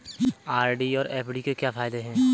RD और FD के क्या फायदे हैं?